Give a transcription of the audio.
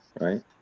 right